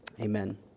Amen